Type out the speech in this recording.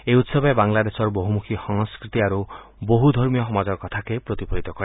এই উৎসৱে বাংলাদেশৰ বহুমুখী সংস্কৃতি আৰু বহু ধৰ্মীয় সমাজৰ কথাকে প্ৰতিফলিত কৰে